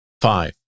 Five